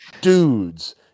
dudes